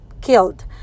killed